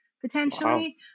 potentially